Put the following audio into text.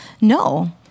no